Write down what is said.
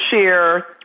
share